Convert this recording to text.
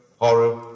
horror